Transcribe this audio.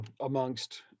amongst